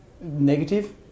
negative